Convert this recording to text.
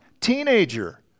teenager